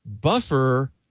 buffer